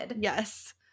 Yes